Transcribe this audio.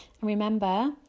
remember